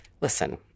Listen